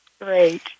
Great